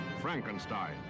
Frankenstein